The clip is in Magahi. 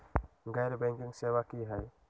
गैर बैंकिंग सेवा की होई?